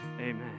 Amen